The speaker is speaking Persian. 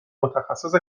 متخصص